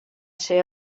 ser